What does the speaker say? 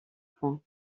point